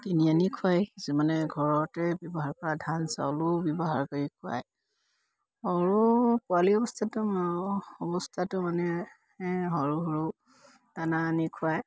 কিনি আনি খুৱায় কিছুমানে ঘৰতে ব্যৱহাৰ কৰা ধান চাউলো ব্যৱহাৰ কৰি খুৱায় সৰু পোৱালি অৱস্থাটো অৱস্থাটো মানে সৰু সৰু দনা আনি খুৱায়